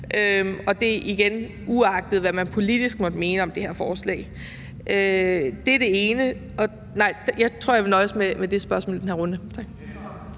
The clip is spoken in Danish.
Og det er igen, uagtet hvad man politisk måtte mene om det her forslag. Det er det ene – jeg tror faktisk, jeg vil nøjes med det spørgsmål i den her runde.